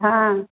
ହଁ